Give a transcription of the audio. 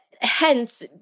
hence